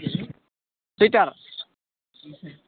sweater